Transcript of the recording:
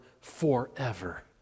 forever